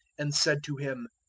and said to him,